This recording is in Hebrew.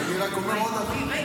אני רק אומר עוד דבר,